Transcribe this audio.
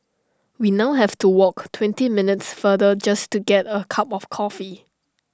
we now have to walk twenty minutes farther just to get A cup of coffee